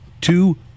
Two